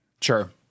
Sure